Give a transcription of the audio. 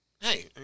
Hey